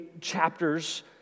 chapters